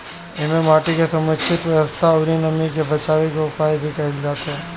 एमे माटी के समुचित व्यवस्था अउरी नमी के बाचावे के उपाय भी कईल जाताटे